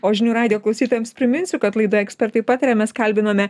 o žinių radijo klausytojams priminsiu kad laidoj ekspertai pataria mes kalbinome